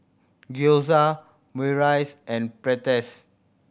Gyoza Omurice and Pretzel